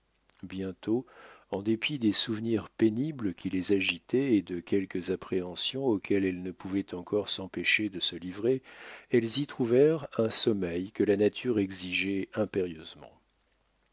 bientôt en dépit des souvenirs pénibles qui les agitaient et de quelques appréhensions auxquelles elles ne pouvaient encore s'empêcher de se livrer elles y trouvèrent un sommeil que la nature exigeait impérieusement